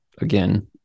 again